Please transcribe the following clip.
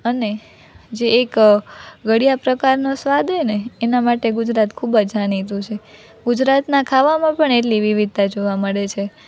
અને જે એક ગળ્યા પ્રકારનો સ્વાદ અને એના માટે ગુજરાત ખૂબ જ જાણીતું છે ગુજરાતના ખાવામાં પણ એટલી વિવિધતા જોવા મળે છે